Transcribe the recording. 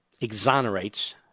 exonerates